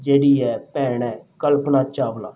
ਜਿਹੜੀ ਹੈ ਭੈਣ ਹੈ ਕਲਪਨਾ ਚਾਵਲਾ